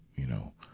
you know,